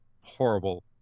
horrible